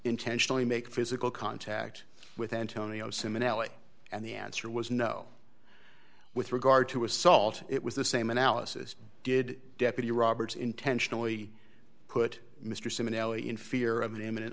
intentionally make physical contact with antonio sim in l a and the answer was no with regard to assault it was the same analysis did deputy roberts intentionally put mr seaman ele in fear of imminent